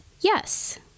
yes